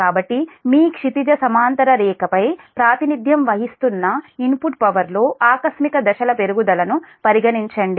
కాబట్టి మీ క్షితిజ సమాంతర రేఖ పై ప్రాతినిధ్యం వహిస్తున్న ఇన్పుట్ పవర్ లో ఆకస్మిక దశల పెరుగుదలను పరిగణించండి